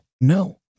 No